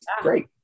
great